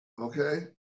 okay